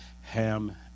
Ham